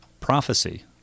Prophecy